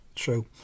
True